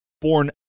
born